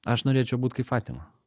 aš norėčiau būt kaip fatima